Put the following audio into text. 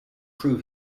prove